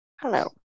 Hello